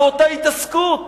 באותה התעסקות.